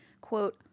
Quote